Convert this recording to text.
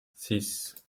six